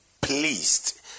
pleased